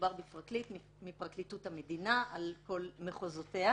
מדובר בפרקליט מפרקליטות המדינה על כל מחוזותיה.